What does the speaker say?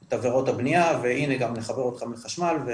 את עבירות הבנייה והנה גם נחבר אתכם לחשמל.